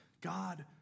God